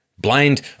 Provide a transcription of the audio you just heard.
blind